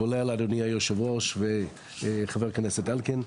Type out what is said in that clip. כולל אדוני היו"ר וחבר הכנסת אלקין,